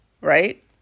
Right